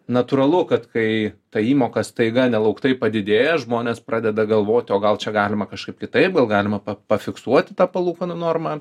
natūralu kad kai ta įmoka staiga nelauktai padidėja žmonės pradeda galvot o gal čia galima kažkaip kitaip galima pa pafiksuoti tą palūkanų normą